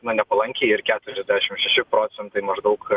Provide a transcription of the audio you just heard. na nepalankiai ir keturiasdešimt šeši procentai maždaug